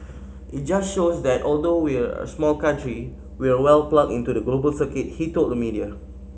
it just shows that although we're a small country we're well plugged into the global circuit he told the media